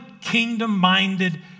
kingdom-minded